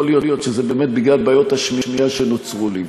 יכול להיות שזה באמת בגלל בעיות השמיעה שנוצרו לי,